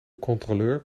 controleur